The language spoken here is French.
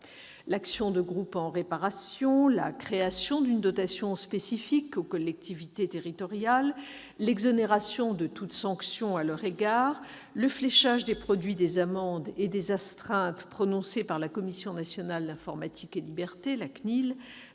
l'action de groupe en réparation, la création d'une dotation spécifique aux collectivités territoriales, l'exonération de toute sanction à leur égard, le fléchage des produits des amendes et des astreintes prononcées par la Commission nationale de l'informatique et des libertés, la CNIL,